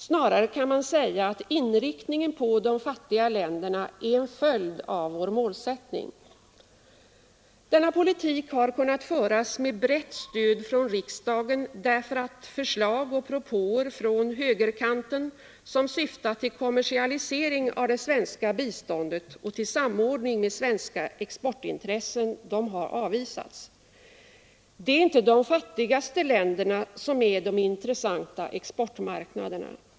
Snarare kan man kanske säga att inriktningen på de fattiga länderna är en följd av vår målsättning. Denna politik har kunnat föras med brett stöd från riksdagen, därför att förslag och propåer från högerkanten, som syftat till kommersialisering av det svenska biståndet och till samordning med svenska exportintressen, har avvisats. Det är inte de fattigaste länderna som är de intressanta exportmarknaderna.